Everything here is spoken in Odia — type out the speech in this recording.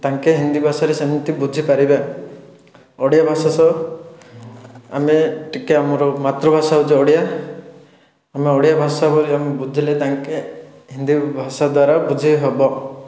ତାଙ୍କେ ହିନ୍ଦୀ ଭାଷାରେ ସେମିତି ବୁଝିପାରିବେ ଓଡ଼ିଆ ଭାଷା ସହ ଆମେ ଟିକିଏ ଆମର ମାତୃଭାଷା ହେଉଛି ଓଡ଼ିଆ ଆମେ ଓଡ଼ିଆ ଭାଷା ବୋଇଲେ ଆମେ ବୁଝିଲେ ତାଙ୍କେ ହିନ୍ଦୀ ଭାଷା ଦ୍ୱାରା ବୁଝେଇ ହେବ